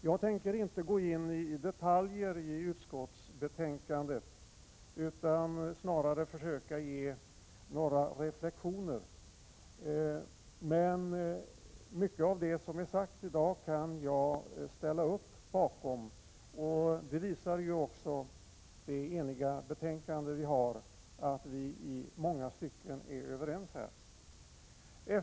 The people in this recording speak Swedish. Jag tänker inte gå in i detaljer i utskottsbetänkandet utan snarare försöka göra några reflexioner. Mycket av det som sagts i dag kan jag ställa mig bakom. Det eniga betänkandet visar att vi i många stycken är överens.